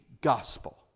gospel